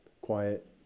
quiet